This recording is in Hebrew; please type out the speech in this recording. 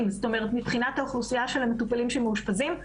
מבחינת האוכלוסייה של המטופלים שמאושפזים.